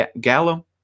Gallo